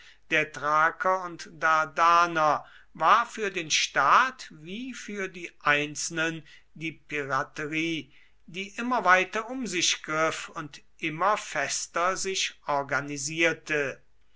der thraker und dardaner war für den staat wie für die einzelnen die piraterie die immer weiter um sich griff und immer fester sich organisierte